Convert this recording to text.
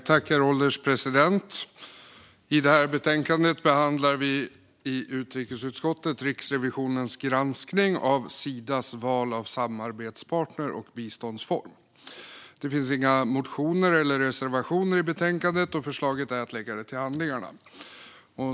Herr ålderspresident! I detta betänkande behandlar vi i utrikesutskottet Riksrevisionens granskning av Sidas val av samarbetspartner och biståndsform. Det finns inga motioner eller reservationer i betänkandet, och förslaget är att lägga det till handlingarna.